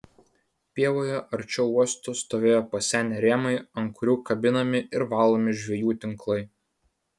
pievoje arčiau uosto stovėjo pasenę rėmai ant kurių kabinami ir valomi žvejų tinklai